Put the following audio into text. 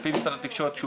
על פי משרד התקשורת,